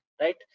right